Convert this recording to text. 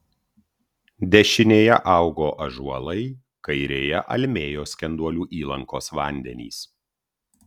dešinėje augo ąžuolai kairėje almėjo skenduolių įlankos vandenys